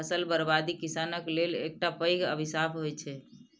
फसल बर्बादी किसानक लेल एकटा पैघ अभिशाप होइ छै